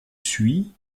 suye